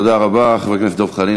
תודה רבה, חבר הכנסת דב חנין.